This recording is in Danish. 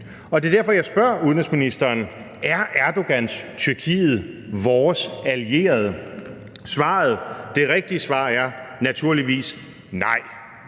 og det er derfor, jeg spørger udenrigsministeren: Er Erdogans Tyrkiet vores allierede? Det rigtige svar er naturligvis nej.